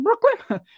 Brooklyn